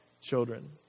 children